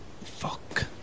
Fuck